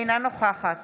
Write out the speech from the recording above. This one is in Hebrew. אינה נוכחת